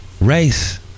Race